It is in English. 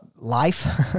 life